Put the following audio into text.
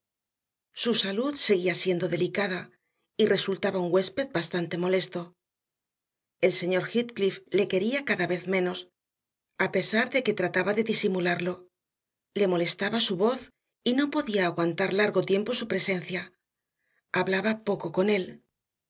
su salud seguía siendo delicada y resultaba un huésped bastante molesto el señor heathcliff le quería cada vez menos a pesar de que trataba de disimularlo le molestaba su voz y no podía aguantar largo tiempo su presencia hablaba poco con él